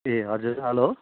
ए हजुर हेलो